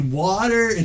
water